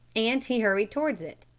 and he hurried towards it.